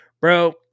Bro